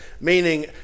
meaning